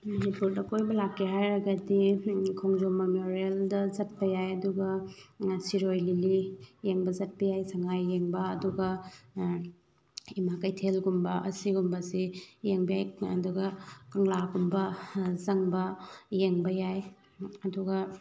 ꯃꯅꯤꯄꯨꯔꯗ ꯀꯣꯏꯕ ꯂꯥꯛꯀꯦ ꯍꯥꯏꯔꯒꯗꯤ ꯈꯣꯡꯖꯣꯝ ꯃꯦꯃꯣꯔꯤꯌꯦꯜꯗ ꯆꯠꯄ ꯌꯥꯏ ꯑꯗꯨꯒ ꯁꯤꯔꯣꯏ ꯂꯤꯂꯤ ꯌꯦꯡꯕ ꯆꯠꯄ ꯌꯥꯏ ꯁꯉꯥꯏ ꯌꯦꯡꯕ ꯑꯗꯨꯒ ꯏꯃꯥ ꯀꯩꯊꯦꯜꯒꯨꯝꯕ ꯑꯁꯤꯒꯨꯝꯕꯁꯤ ꯌꯦꯡꯕ ꯌꯥꯏ ꯑꯗꯨꯒ ꯀꯪꯂꯥꯒꯨꯝꯕ ꯆꯪꯕ ꯌꯦꯡꯕ ꯌꯥꯏ ꯑꯗꯨꯒ